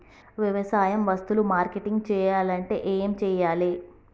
వ్యవసాయ వస్తువులు మార్కెటింగ్ చెయ్యాలంటే ఏం చెయ్యాలే?